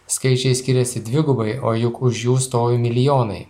skaičiai skiriasi dvigubai o juk už jų stovi milijonai